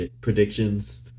predictions